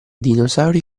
dinosauri